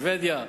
שבדיה,